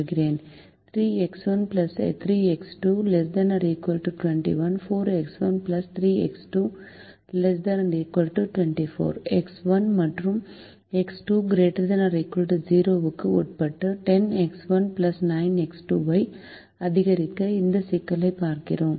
3X1 3X2 ≤ 21 4X1 3X2 ≤ 24 X1 மற்றும் X2 ≥ 0 க்கு உட்பட்டு 10X1 9X2 ஐ அதிகரிக்க இந்த சிக்கலைப் பார்க்கிறோம்